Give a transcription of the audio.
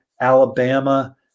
Alabama